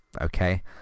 okay